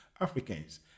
Africans